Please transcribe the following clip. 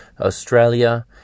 Australia